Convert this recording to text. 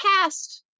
cast